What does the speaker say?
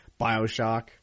Bioshock